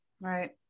Right